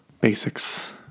Basics